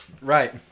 Right